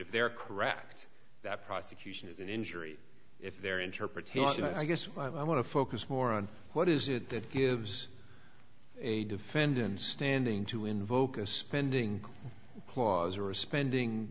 if they're correct that prosecution is an injury if their interpretation i guess what i want to focus more on what is it that gives a defendant standing to invoke a spending clause or a spending